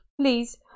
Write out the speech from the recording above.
please